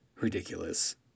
Ridiculous